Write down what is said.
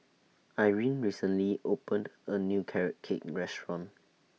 Irene recently opened A New Carrot Cake Restaurant